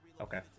okay